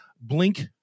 blink